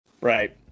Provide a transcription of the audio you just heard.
Right